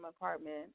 apartment